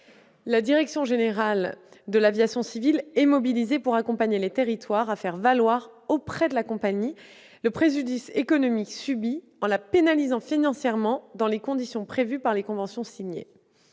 La Direction générale de l'aviation civile est mobilisée pour accompagner les territoires à faire valoir auprès de la compagnie le préjudice économique subi, en la pénalisant financièrement dans les conditions prévues par les conventions signées.